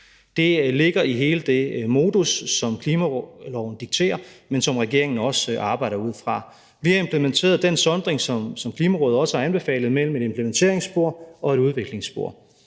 Det ligger i hele den modus, som klimaloven dikterer, men som regeringen også arbejder ud fra. Vi implementerede den sondring, som Klimarådet også har anbefalet, mellem et implementeringsspor og et udviklingsspor;